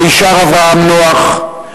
מישר אברהם נח,